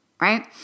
right